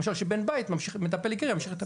למשל שבן בית מטפל עיקרי ימשיך לטפל.